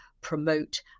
promote